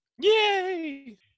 Yay